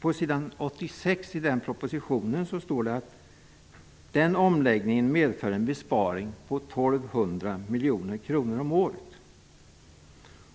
På s. 86 i den propositionen står det: Den omläggningen medför en besparing på 1 200 miljoner kronor om året.